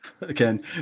Again